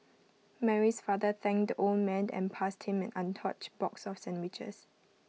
Mary's father thanked the old man and passed him an untouched box of sandwiches